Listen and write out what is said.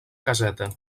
caseta